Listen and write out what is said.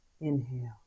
Inhale